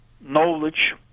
knowledge